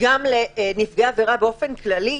גם לנפגעי עבירה באופן כללי,